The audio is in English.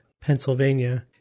Pennsylvania